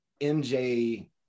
MJ